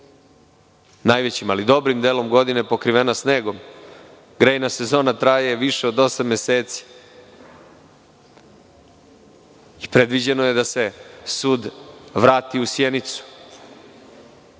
je, ali dobrim delom godine je pokrivena snegom, grejna sezona traje više od osam meseci. Predviđeno je da se sud vrati u Sjenicu,